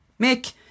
Mick